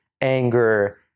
anger